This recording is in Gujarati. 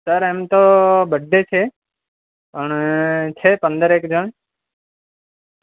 સર એમ તો બડે છે પંદરેક જણ